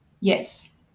Yes